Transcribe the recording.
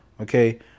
Okay